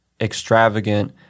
extravagant